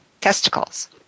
testicles